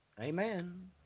Amen